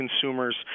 consumers